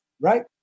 right